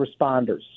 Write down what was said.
responders